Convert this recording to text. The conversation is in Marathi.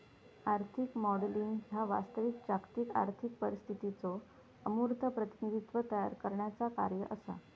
आर्थिक मॉडेलिंग ह्या वास्तविक जागतिक आर्थिक परिस्थितीचो अमूर्त प्रतिनिधित्व तयार करण्याचा कार्य असा